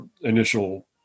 initial